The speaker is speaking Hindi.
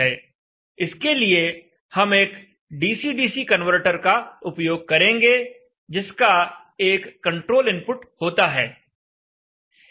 इसके लिए हम एक डीसी डीसी कन्वर्टर का उपयोग करेंगे जिसका एक कंट्रोल इनपुट होता है